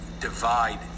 divide